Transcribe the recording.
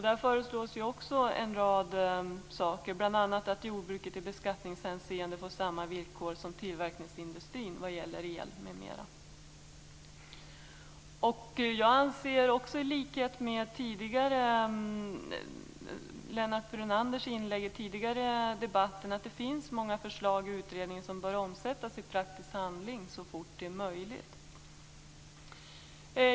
Där föreslås en rad saker, bl.a. att jordbruket i beskattningshänseende skall få samma villkor som tillverkningsindustrin vad gäller el m.m. I likhet med vad som sagts i Lennart Brunanders inlägg i debatten tidigare anser jag att många förslag i utredningen bör omsättas i praktisk handling så fort detta är möjligt.